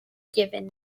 given